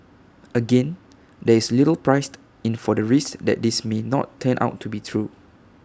again there is little priced in for the risk that this may not turn out to be true